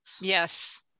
Yes